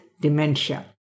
dementia